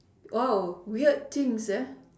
oh weird things ah